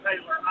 Taylor